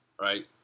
right